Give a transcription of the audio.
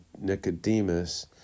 Nicodemus